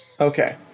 Okay